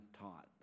taught